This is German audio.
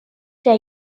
der